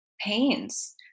pains